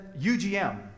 UGM